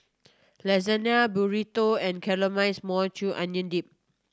Lasagne Burrito and Caramelized Maui Onion Dip